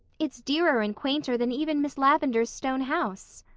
it's dearer and quainter than even miss lavendar's stone house.